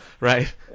Right